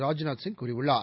ராஜ்நாத் சிங் கூறியுள்ளார்